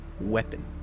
weapon